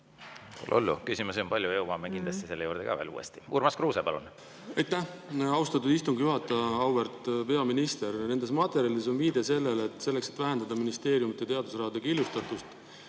hullu. Küsimusi on palju, jõuame kindlasti selle juurde veel uuesti. Urmas Kruuse, palun! Aitäh, austatud istungi juhataja! Auväärt peaminister! Nendes materjalides on viide sellele, et selleks, et vähendada ministeeriumide teadusrahade killustatust